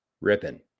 ripping